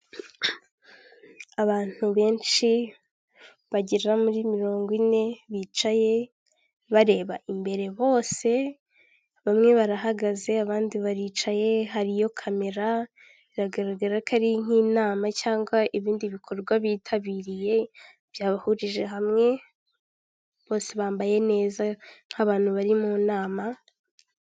Ni inyubako harimo ahantu abantu banyura ariko hasakaye, hari abantu hari abasore babiri umwe ahetse igikapu undi ari kuri telefone; hari undi ubari inyuma, hari umubyeyi wicaye ku ntebe, hari n'abandi bari aho bavomera; biragaragara ko aho hantu hashobora kuba ari kwa muganga mu bitaro.